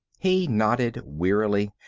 he nodded wearily.